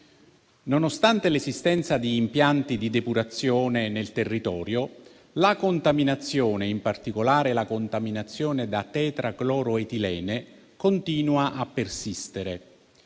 Nonostante l'esistenza di impianti di depurazione nel territorio, la contaminazione, in particolare quella da tetracloroetilene, continua a persistere,